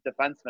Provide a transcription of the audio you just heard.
defenseman